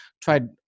tried